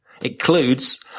includes